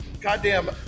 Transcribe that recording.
goddamn